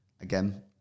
again